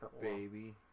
Baby